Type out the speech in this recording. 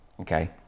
okay